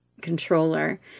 controller